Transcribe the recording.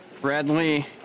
Bradley